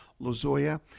Lozoya